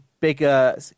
bigger